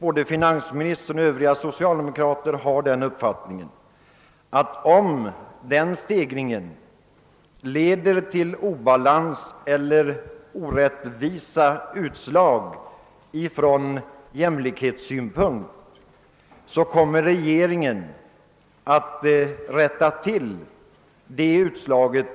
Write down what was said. Både finansministern och övriga socialdemokrater har emellerfid slagit fast, att om denna stegring, som den aktuella reformen skulle kunna medföra, leder till obalans eller ger från jämlikhetssynpunkt orättvisa utslag, kommer regeringen att rätta till situationen.